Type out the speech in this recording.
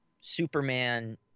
Superman